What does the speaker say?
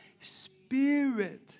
spirit